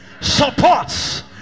supports